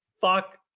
Fuck